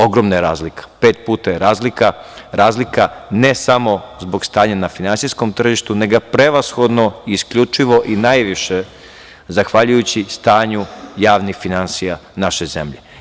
Ogromna je razlika, pet puta je razlika, razlika ne samo zbog stanja na finansijskom tržištu, nego prevashodno, isključivo i najviše zahvaljujući stanju javnih finansija u našoj zemlji.